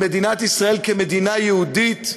למדינת ישראל כמדינה יהודית.